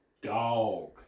dog